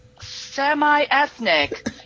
semi-ethnic